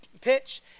pitch